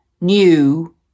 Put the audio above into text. new